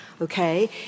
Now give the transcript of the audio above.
okay